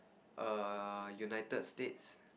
err United-States